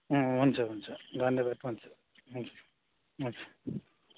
उम् हुन्छ हुन्छ धन्यवाद हुन्छ हुन्छ हुन्छ